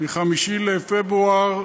מיום 5 בפברואר למניינם,